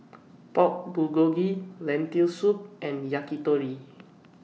Pork Bulgogi Lentil Soup and Yakitori